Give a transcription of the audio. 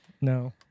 No